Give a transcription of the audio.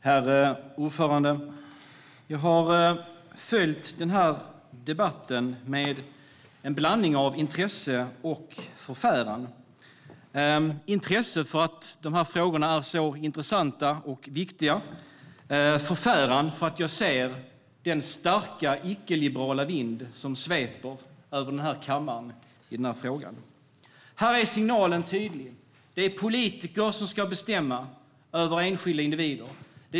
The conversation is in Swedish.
Herr talman! Jag har följt den här debatten med en blandning av intresse och förfäran - intresse för att de här frågorna är intressanta och viktiga, och förfäran för att jag känner den starka icke-liberala vind som sveper genom kammaren i den här frågan. Signalen är tydlig. Politiker ska bestämma över enskilda individer.